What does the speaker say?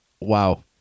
Wow